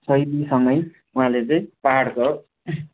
शैलीसँगै उहाँले चाहिँ पाहाडको